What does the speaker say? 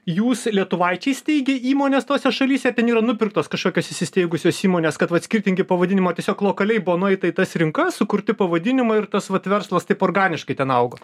jūs lietuvaičiai steigė įmonės tose šalyse ar ten yra nupirktos kažkokios įsisteigusios įmonės kad vat skirtingi pavadinimai ar tiesiog lokaliai buvo nueita į tas rinkas sukurti pavadinimai ir tas vat verslas taip organiškai ten augo